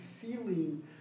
feeling